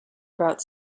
about